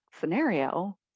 scenario